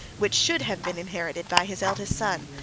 which should have been inherited by his eldest son.